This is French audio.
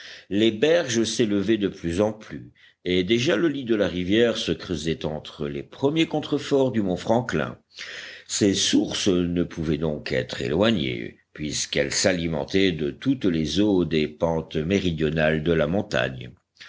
les berges s'élevaient de plus en plus et déjà le lit de la rivière se creusait entre les premiers contreforts du mont franklin ses sources ne pouvaient donc être éloignées puisqu'elles s'alimentaient de toutes les eaux des pentes méridionales de la montagne